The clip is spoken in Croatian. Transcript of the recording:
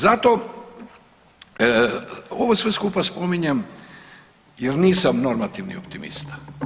Zato ovo sve skupa spominjem jer nisam normativni optimista.